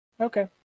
Okay